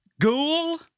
Ghoul